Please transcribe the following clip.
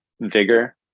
vigor